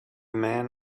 man